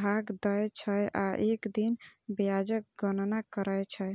भाग दै छै आ एक दिन ब्याजक गणना करै छै